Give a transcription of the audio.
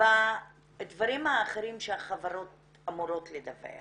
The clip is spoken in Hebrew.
בדברים האחרים שהחברות אמורות לדווח